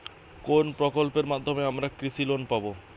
কোন প্রকল্পের মাধ্যমে আমরা কৃষি লোন পাবো?